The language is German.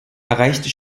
erreichte